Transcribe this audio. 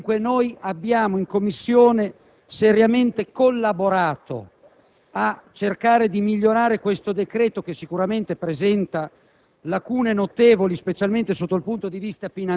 l'UDC è stata contraria al commissariamento fin dal primo momento, anche se è consapevole del problema che esiste in Campania.